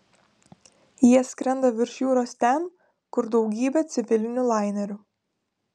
jie skrenda virš jūros ten kur daugybė civilinių lainerių